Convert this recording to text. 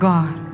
God